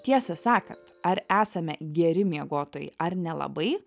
tiesą sakant ar esame geri miegotojai ar nelabai